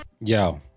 Yo